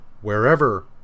wherever